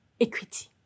equity